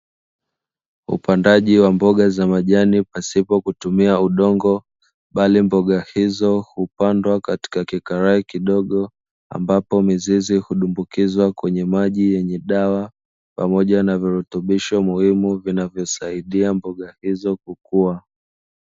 Upandaji wa mboga za majani pasipo kutumia udongo bali mboga hizo hupandwa katika kikarai kidogo, ambapo mizizi hudumbukizwa kwenye maji yenye dawa pamoja na virutubisho muhimu vinavyosaidia mboga hizo kukua.